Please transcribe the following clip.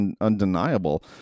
undeniable